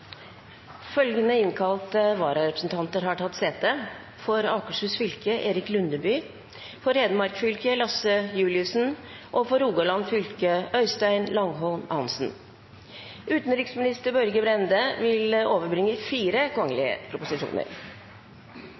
Følgende innkalte vararepresentanter har tatt sete: For Akershus fylke: Erik Lundeby For Hedmark fylke: Lasse Juliussen For Rogaland fylke: Øystein Langholm Hansen Representanten Lene Vågslid vil